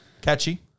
Catchy